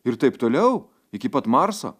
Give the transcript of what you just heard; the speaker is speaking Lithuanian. ir taip toliau iki pat marso